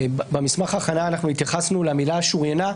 במסמך ההכנה התייחסנו למילה "שוריינה",